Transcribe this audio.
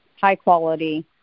high-quality